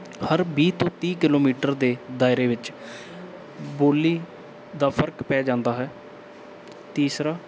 ਹਰ ਵੀਹ ਤੋਂ ਤੀਹ ਕਿਲੋਮੀਟਰ ਦੇ ਦਾਇਰੇ ਵਿੱਚ ਬੋਲੀ ਦਾ ਫਰਕ ਪੈ ਜਾਂਦਾ ਹੈ ਤੀਸਰਾ